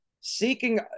seeking